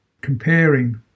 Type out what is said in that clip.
comparing